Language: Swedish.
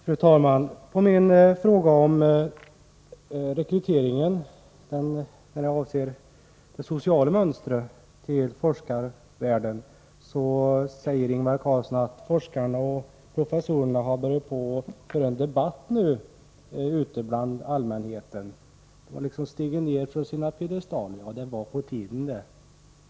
Fru talman! På min fråga om rekryteringen till forskarvärlden, i vad avser det sociala mönstret, svarar Ingvar Carlsson att forskarna och professorerna nu har börjat på att föra en debatt bland allmänheten. De har liksom stigit ner från sina piedestaler. Det var på tiden det!